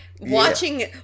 watching